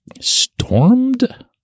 stormed